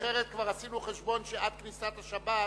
אחרת, כבר עשינו חשבון שעד כניסת השבת,